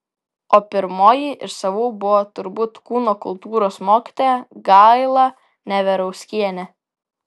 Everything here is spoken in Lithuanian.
o pirmoji iš savų buvo turbūt kūno kultūros mokytoja gaila neverauskienė